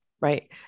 Right